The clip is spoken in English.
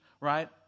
right